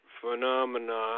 phenomena